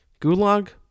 Gulag